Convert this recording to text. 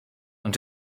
ond